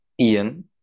Ian